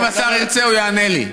ואם השר ירצה, הוא יענה לי.